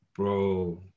Bro